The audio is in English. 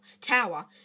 tower